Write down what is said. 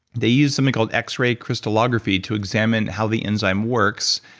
they used something called x-ray crystallography to examine how the enzyme works,